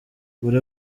buri